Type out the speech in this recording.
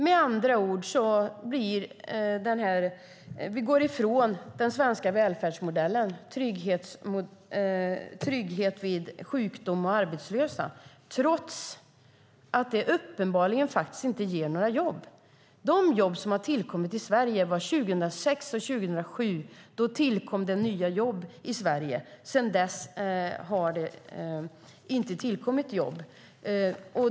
Med andra ord går vi ifrån den svenska välfärdsmodellen med trygghet vid sjukdom och arbetslöshet trots att det uppenbarligen inte ger några jobb. De jobb som har tillkommit i Sverige tillkom 2006 och 2007. Då tillkom det nya jobb i Sverige. Sedan dess har det inte tillkommit jobb.